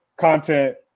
Content